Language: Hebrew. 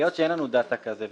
-- אין לנו דאטה כזה.